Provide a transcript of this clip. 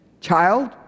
Child